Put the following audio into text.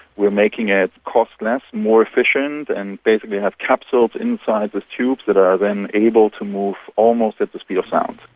we're making it cost less, more efficient, and basically have capsules inside the tubes that are then able to move almost at the speed of sound.